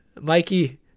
Mikey